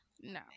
No